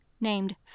named